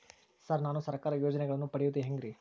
Sir ನಾನು ಸರ್ಕಾರ ಯೋಜೆನೆಗಳನ್ನು ಪಡೆಯುವುದು ಹೆಂಗ್ರಿ?